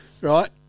Right